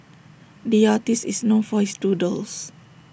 the artist is known for his doodles